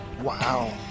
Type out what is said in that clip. Wow